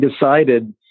decided